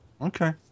Okay